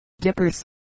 dippers